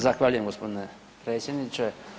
Zahvaljujem gospodine predsjedniče.